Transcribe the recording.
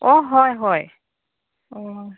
অঁ হয় হয় অঁ